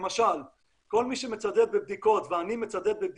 האנשים פה היו מציגים גם